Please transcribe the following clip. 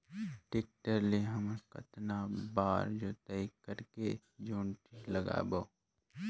Tractor ले हमन कतना बार जोताई करेके जोंदरी लगाबो?